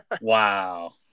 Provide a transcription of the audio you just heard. Wow